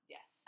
Yes